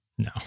No